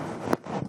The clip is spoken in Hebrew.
בבקשה.